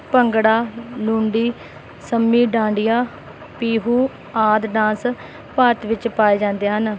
ਭੰਗੜਾ ਲੁੰਡੀ ਸੰਮੀ ਡਾਂਡੀਆਂ ਪੀਹੂ ਆਦਿ ਡਾਂਸ ਭਾਰਤ ਵਿੱਚ ਪਾਏ ਜਾਂਦੇ ਹਨ